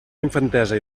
infantesa